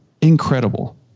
incredible